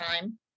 time